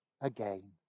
again